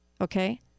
Okay